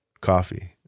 Coffee